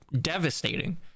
devastating